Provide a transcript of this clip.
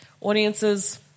Audiences